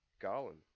Garland